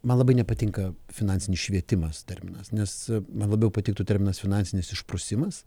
man labai nepatinka finansinis švietimas terminas nes man labiau patiktų terminas finansinis išprusimas